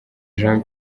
jean